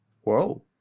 Whoa